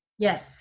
Yes